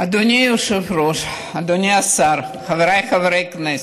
אדוני היושב-ראש, אדוני השר, חבריי חברי הכנסת,